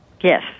Yes